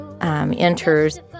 enters